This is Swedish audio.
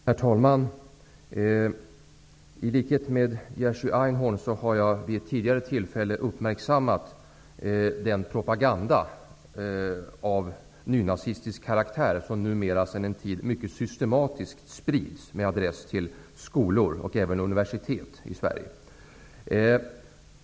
Herr talman! I likhet med Jerzy Einhorn har jag vid ett tidigare tillfälle uppmärksammat den propaganda av nynazistisk karaktär som numera sedan en tid mycket systematiskt sprids med adress till skolor och även universitet i Sverige.